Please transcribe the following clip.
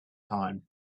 time